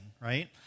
right